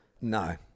No